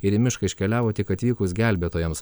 ir į mišką iškeliavo tik atvykus gelbėtojams